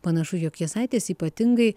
panašu jog jasaitis ypatingai